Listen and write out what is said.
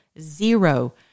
zero